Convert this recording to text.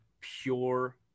pure